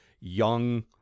young